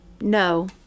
No